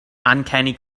uncanny